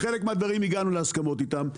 בחלק מהדברים הגענו להסכמות איתם,